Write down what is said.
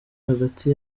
hagati